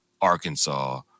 Arkansas